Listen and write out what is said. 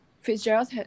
Fitzgerald